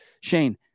Shane